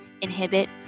inhibit